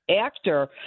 actor